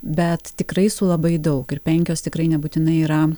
bet tikrai su labai daug ir penkios tikrai nebūtinai yra